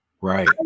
Right